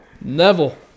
Neville